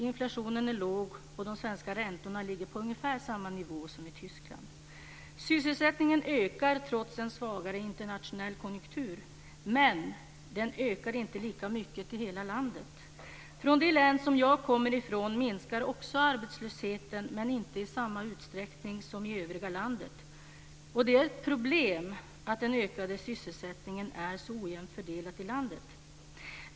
Inflationen är låg, och de svenska räntorna ligger på ungefär samma nivå som i Tyskland. Sysselsättningen ökar trots en svagare internationell konjunktur. Men den ökar inte lika mycket i hela landet. I det län som jag kommer från minskar också arbetslösheten men inte i samma utsträckning som i övriga landet. Det är ett problem att den ökade sysselsättningen är så ojämnt fördelad i landet.